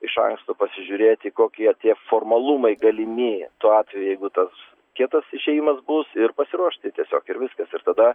iš anksto pasižiūrėti kokie tie formalumai galimi tuo atveju jeigu tas kietas išėjimas bus ir pasiruošti tiesiog ir viskas ir tada